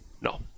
No